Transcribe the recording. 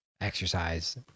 exercise